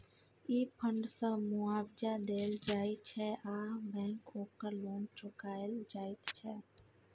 ई fund सँ मुआबजा देल जाइ छै आ बैंक केर लोन चुकाएल जाइत छै